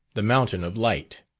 the mountain of light.